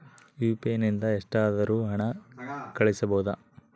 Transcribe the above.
UPI ನಿಂದ ಎಷ್ಟಾದರೂ ಹಣ ಕಳಿಸಬಹುದಾ?